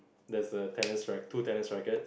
there's a tennis rack~ two tennis racket